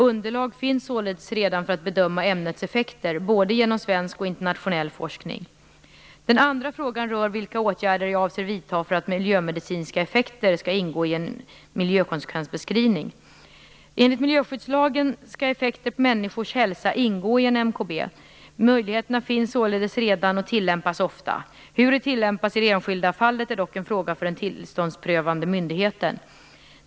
Underlag finns således redan för att bedöma ämnets effekter, både genom svensk och internationell forskning. Den andra frågan rör vilka åtgärder jag avser vidta för att miljömedicinska effekter skall ingå i en miljökonsekvensbeskrivning. Enligt miljöskyddslagen skall effekter på människors hälsa ingå i en MKB. Möjligheterna finns således redan och tillämpas ofta. Hur de tillämpas i det enskilda fallet är dock en fråga för den tillståndsprövande myndigheten.